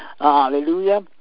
Hallelujah